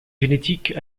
génétiques